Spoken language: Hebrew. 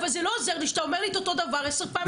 אבל זה לא עוזר לי שאתה אומר לי את אותו דבר עשר פעמים.